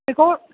बेखौ